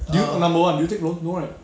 do you number one do you take loan no right